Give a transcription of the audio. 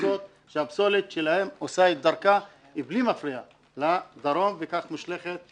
מבוססות שהפסולת שלהן עושה את דרכה מבלי מפריע לדרום וכך מושלכת.